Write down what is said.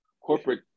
corporate